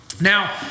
Now